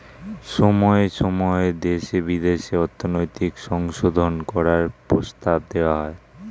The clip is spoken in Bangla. সময়ে সময়ে দেশে বিদেশে অর্থনৈতিক সংশোধন করার প্রস্তাব দেওয়া হয়